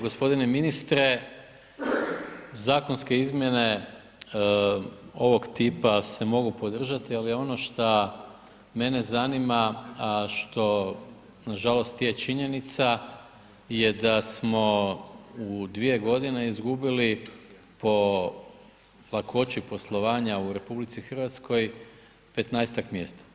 G. ministre, zakonske izmjene ovog tipa se mogu podržati, ali ono što mene zanima što nažalost, je činjenica je da smo u 2 godine izgubili po lakoći poslovanja u RH 15-ak mjesta.